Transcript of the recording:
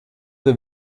the